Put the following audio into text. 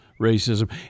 racism